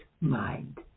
mind